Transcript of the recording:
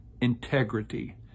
integrity